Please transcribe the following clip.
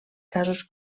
casos